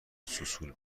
سوسول